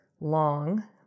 long